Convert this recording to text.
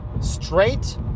straight